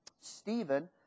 Stephen